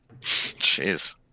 Jeez